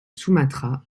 sumatra